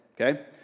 Okay